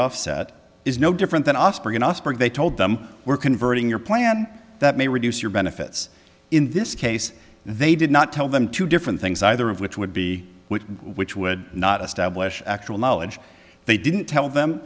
offset is no different than offspring in offspring they told them we're converting your plan that may reduce your benefits in this case they did not tell them two different things either of which would be which would not establish actual knowledge they didn't tell them